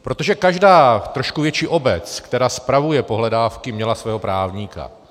Protože každá trošku větší obec, která spravuje pohledávky, měla svého právníka.